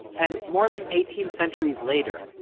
and more than eighteen centuries later,